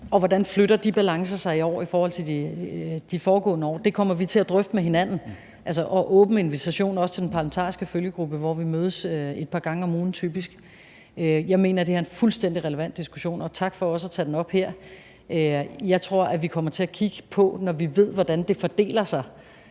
hvordan flytter de balancer sig i år i forhold til de foregående år? Det kommer vi til at drøfte med hinanden – og der er en åben invitation, også til den parlamentariske følgegruppe, hvor vi typisk mødes et par gange om ugen. Jeg mener, det her er en fuldstændig relevant diskussion, og tak for også at tage den op her. Jeg tror, vi kommer til at kigge på, når vi ved, hvordan det fordeler sig,